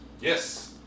Yes